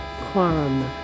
Quorum